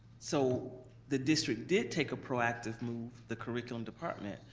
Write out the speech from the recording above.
so the district did take a proactive move, the curriculum department,